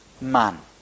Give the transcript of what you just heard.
man